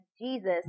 Jesus